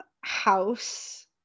house